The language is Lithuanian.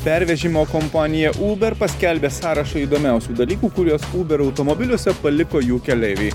pervežimo kompanija uber paskelbė sąrašą įdomiausių dalykų kuriuos uber automobiliuose paliko jų keleiviai